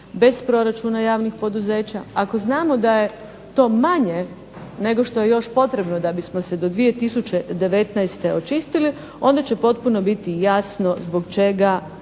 bez proračuna javnih poduzeća, ako znamo da je to manje nego što je još potrebno da bismo se do 2019. očistili, onda će potpuno biti jasno zbog čega